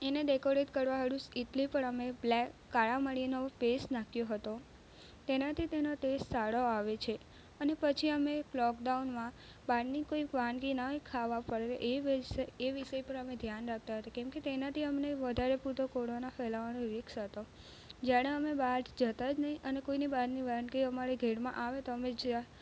એને ડેકોરેટ કરવા સારું ઈડલી પણ અમે કાળા મરીનો પેસ નાખી હતી તેનાથી તેનો ટેસ્ટ સારો આવે છે અને પછી અમે લોકડાઉનમાં બહારની કોઈ વાનગી નહીં ખાવા પૂર્વે એ વિષય પર અમે ધ્યાન રાખતા હતા કેમ કે તેનાથી અમને વધારે પૂરતો કોરોના ફેલાવાનો રિસ્ક હતું જ્યારે અમે બાર જતા જ નથી અને કોઈની બહારની વાનગી અમારે ઘેરમાં આવે તો અમે જ્યાં